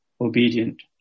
obedient